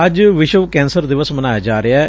ਅੱਜ ਵਿਸ਼ਵ ਕੈਂਸਰ ਦਿਵਸ ਮਨਾਇਆ ਜਾ ਰਿਹੈ